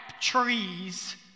trees